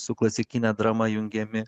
su klasikine drama jungiami